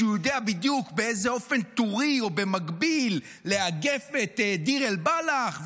שהוא יודע בדיוק באיזה אופן טורי או במקביל לאגף את דיר אל-בלח,